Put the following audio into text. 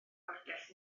oergell